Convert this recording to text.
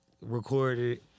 recorded